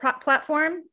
platform